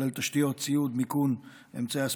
כולל תשתיות, ציוד, מיכון, אמצעי אספקה,